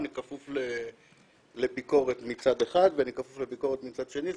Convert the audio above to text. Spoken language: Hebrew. אני כפוף לביקורת מצד אחד ואני כפוף לביקורת מצד שני.